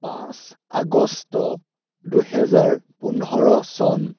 পাঁচ আগষ্ট দুহেজাৰ পোন্ধৰ চন